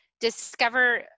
discover